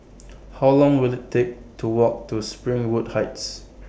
How Long Will IT Take to Walk to Springwood Heights